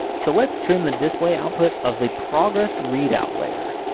so let's trim the display output of the progress readout layer.